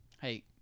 Hey